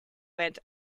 went